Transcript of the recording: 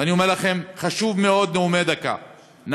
ואני אומר לכם, חשוב מאוד נאומים בני דקה.